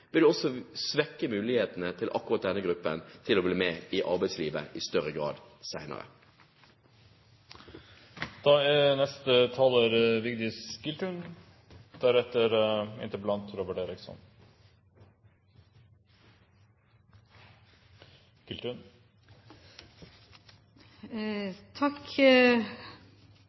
vil det også svekke mulighetene for akkurat denne gruppen til å bli med i arbeidslivet i større grad senere. Denne debatten er